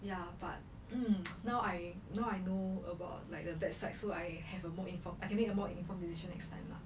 ya but mm now I now I know about like the bad side so I have a more info~ I can make more informed decision next time lah